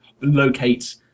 locate